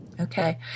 Okay